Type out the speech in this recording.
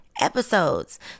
episodes